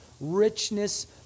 richness